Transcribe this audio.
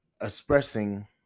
expressing